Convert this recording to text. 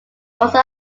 also